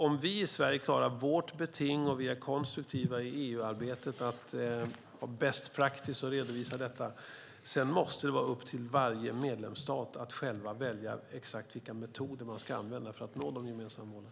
Om vi i Sverige klarar vårt beting, är konstruktiva i EU-arbetet och bäst praktiskt redovisar detta måste det sedan vara upp till varje medlemsstat att själv välja vilka metoder man ska använda för att nå de gemensamma målen.